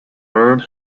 made